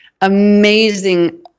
amazing